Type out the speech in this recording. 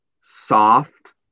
soft